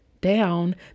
down